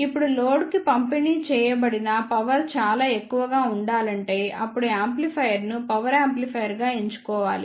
ఇప్పుడు లోడ్కు పంపిణీ చేయబడిన పవర్ చాలా ఎక్కువగా ఉండాలంటే అప్పుడు యాంప్లిఫైయర్ను పవర్ యాంప్లిఫైయర్గా ఎంచుకోవాలి